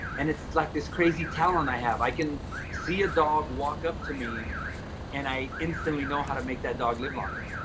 and it's like this crazy talent i have. i can see a dog walk up to me and i instantly know how to make that dog live longer.